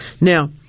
Now